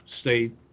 state